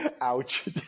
Ouch